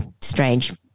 strange